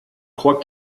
croit